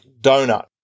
Donut